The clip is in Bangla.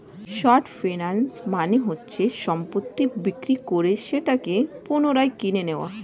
শর্ট ফিন্যান্স মানে হচ্ছে সম্পত্তি বিক্রি করে সেটাকে পুনরায় কিনে নেয়া